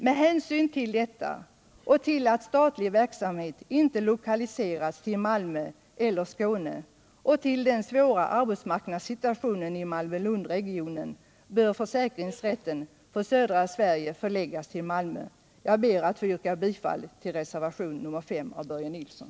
Med hänsyn till detta och till att statlig verksamhet inte har lokaliserats till Malmö eller Skåne över huvud taget samt till den svåra arbetsmarknadssituationen i Malmö-Lundregionen bör försäkringsrätten för södra Sverige förläggas till Malmö. Jag ber att få yrka bifall till reservationen 5 av Börje Nilsson.